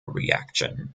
reaction